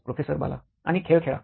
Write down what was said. professor Bala आणि खेळ खेळा